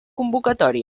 convocatòria